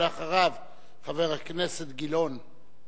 ואחריו, חבר הכנסת גילאון.